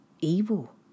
evil